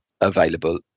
available